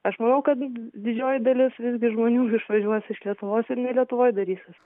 aš manau kad didžioji dalis visgi žmonių išvažiuos iš lietuvos ir ne lietuvoj darysis